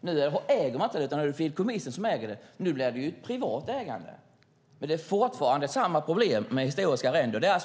Nu äger man det inte, utan det är fideikommissen som äger det. Nu blir det ett privat ägande, men det är fortfarande samma problem med historiska arrenden.